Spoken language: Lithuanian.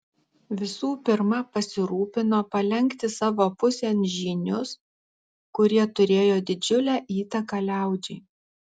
visų pirma pasirūpino palenkti savo pusėn žynius kurie turėjo didžiulę įtaką liaudžiai